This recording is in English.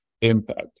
impact